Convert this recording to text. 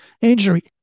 injury